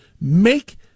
Make